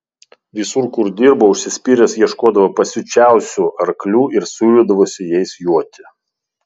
visur kur dirbo užsispyręs ieškodavo pasiučiausių arklių ir siūlydavosi jais joti